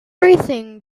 racing